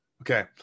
okay